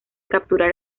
capturar